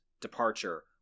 departure